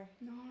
No